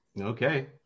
Okay